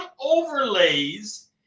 overlays